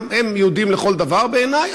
גם הם יהודים לכל דבר בעיני,